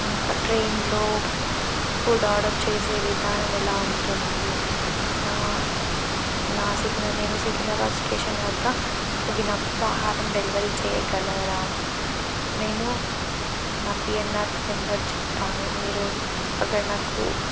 ఇంకా ట్రైన్లో food order చేసే విధానం ఎలా ఉంటుంది నా నా నేను సికింద్రాబాద్ స్టేషన్ వద్ద ఆగినప్పుడు ఆహారం డెలివరీ చేయగలరా నేను నా పీ ఎన్ ఆర్ నెంబర్ చెప్తాను మీరు అక్కడ నాకు